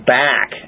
back